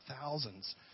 thousands